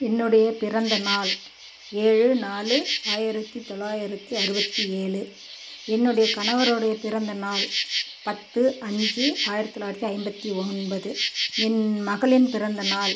என்னுடைய பிறந்தநாள் ஏழு நாலு ஆயிரத்து தொள்ளாயிரத்து அறுபத்தி ஏழு என்னுடைய கணவருடைய பிறந்தநாள் பத்து அஞ்சு ஆயிரத்து தொள்ளாயிரத்து ஐம்பத்து ஒன்பது என் மகளின் பிறந்தநாள்